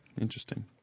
Interesting